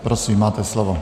Prosím, máte slovo.